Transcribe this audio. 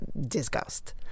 disgust